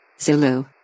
Zulu